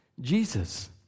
Jesus